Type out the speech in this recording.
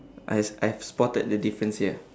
I I've spotted the difference here